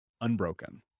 unbroken